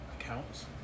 accounts